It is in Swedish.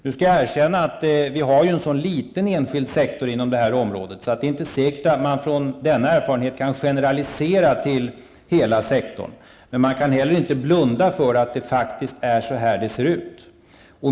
Jag skall erkänna att vi inom detta område har en sådan liten enskild sektor att det inte är säkert att man från denna erfarenhet kan generalisera till hela sektorn. Men man kan heller inte blunda för att det faktiskt ser ut på detta sätt.